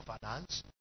finance